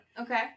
Okay